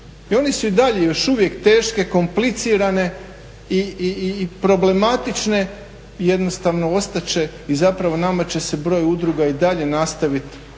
I oni su i dalje još uvijek teške, komplicirane i problematične. Jednostavno ostat će i zapravo nama će se broj udruga i dalje nastavit